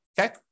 Okay